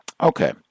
Okay